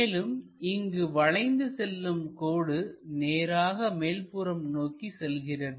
மேலும் இங்கு வளைந்து செல்லும் கோடு நேராக மேல்புறம் நோக்கி செல்கிறது